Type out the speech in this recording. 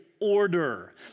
order